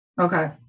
okay